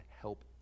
help